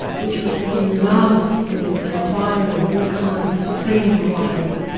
which was in love with inquiry of all kinds, free inquiry,